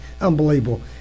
Unbelievable